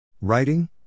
Writing